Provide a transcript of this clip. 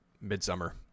Midsummer